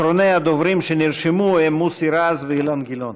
אחרוני הדוברים שנרשמו הם מוסי רז ואילן גילאון.